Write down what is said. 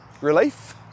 Relief